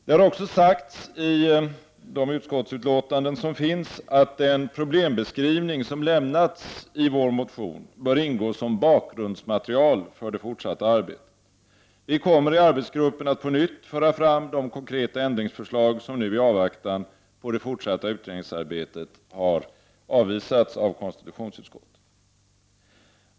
Det har också sagts i de utskottsbetänkanden som finns att den problembeskrivning som lämnats i vår motion bör ingå som bakgrundsmaterial för det fortsatta arbetet. Vi kommer i arbetsgruppen att på nytt föra fram de konkreta ändringsförslag som nu i avvaktan på det fortsatta utredningsarbetet har avvisats av konstitutionsutskottet.